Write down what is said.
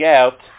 out